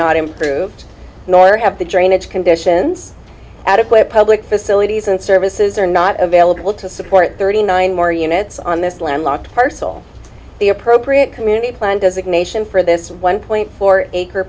not improved nor have the drainage conditions adequate public facilities and services are not available to support thirty nine more units on this landlocked parcel the appropriate community plan does it nation for this one point four acre